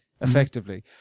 effectively